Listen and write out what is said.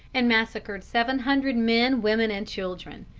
and massacred seven hundred men, women, and children.